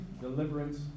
Deliverance